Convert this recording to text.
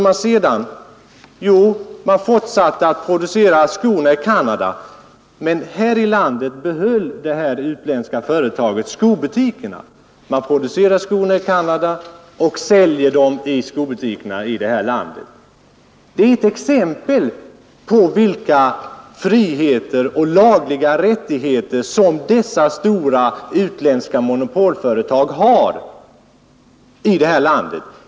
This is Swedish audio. Man fortsatte att producera skorna i Canada, men här i landet behöll det utländska företaget skobutikerna. Skorna produceras i Canada och säljs i skobutikerna här. Detta är ett exempel på vilka friheter och lagliga rättigheter som dessa stora utländska monopolföretag har i Sverige.